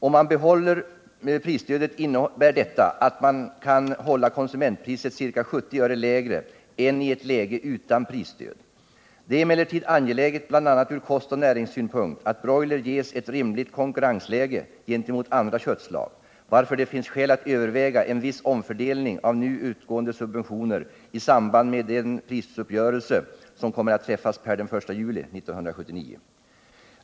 Om man bibehåller prisstödet innebär detta att man kan hålla konsumentpriset ca 70 öre lägre än i ett läge utan prisstöd. Det är emellertid angeläget, bl.a. från kostoch näringssynpunkt, att broiler ges ett rimligt konkurrensläge gentemot andra köttslag, varför det finns skäl att överväga en viss omfördelning av nu utgående subventioner i samband med den prisuppgörelse som kommer att träffas per den 1 juli 1979.